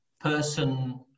person